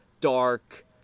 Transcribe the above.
dark